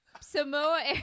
Samoa